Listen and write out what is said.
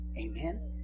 Amen